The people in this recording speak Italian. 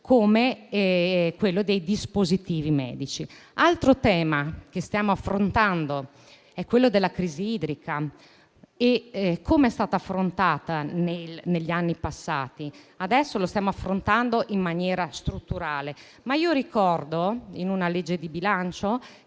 come quello dei dispositivi medici. Un altro tema che stiamo affrontando è quello della crisi idrica. Com'è stata affrontata negli anni passati? Adesso lo stiamo facendo in maniera strutturale, ma ricordo che in una passata legge di bilancio